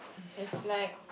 it's like